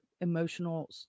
emotional